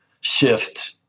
shift